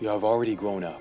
you have already grown up